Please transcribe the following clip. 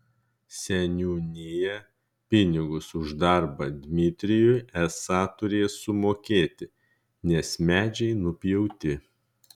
seniūnija pinigus už darbą dmitrijui esą turės sumokėti nes medžiai nupjauti